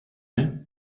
hin